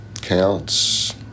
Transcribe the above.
counts